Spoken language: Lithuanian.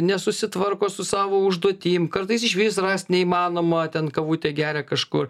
nesusitvarko su savo užduotim kartais išvis rast neįmanoma ten kavutę geria kažkur